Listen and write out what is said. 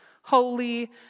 holy